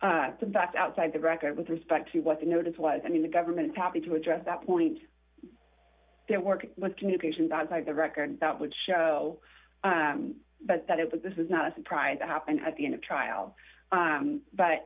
fact outside the record with respect to what the notice was i mean the government happy to address that point they're working with communications outside the record that would show but that it was this is not a surprise that happened at the end of trial